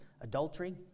adultery